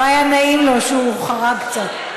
לא היה נעים לו שהוא חרג קצת.